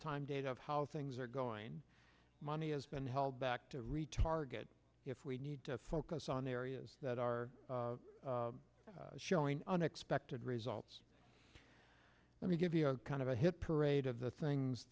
time data of how things are going money has been held back to retarget if we need to focus on areas that are showing unexpected results let me give you kind of a hit parade of the things